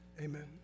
Amen